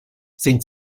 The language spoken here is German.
sind